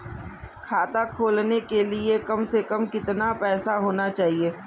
खाता खोलने के लिए कम से कम कितना पैसा होना चाहिए?